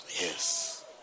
Yes